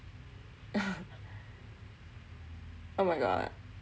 oh my god